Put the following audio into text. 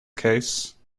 case